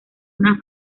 una